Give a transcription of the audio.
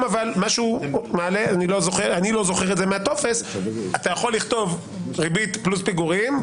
אני לא זוכר את זה מהטופס אתה יכול לכתוב ריבית פלוס פיגורים,